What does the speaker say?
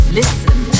listen